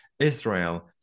Israel